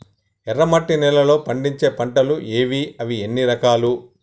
ఎర్రమట్టి నేలలో పండించే పంటలు ఏవి? అవి ఎన్ని రకాలు?